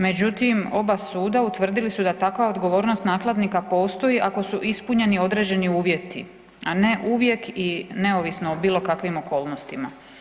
Međutim, oba suda utvrdili su da takva odgovornost nakladnika postoji ako su ispunjeni određeni uvjeti, a ne uvijek i neovisno o bilo kakvim okolnostima.